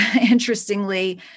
interestingly